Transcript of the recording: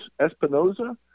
Espinoza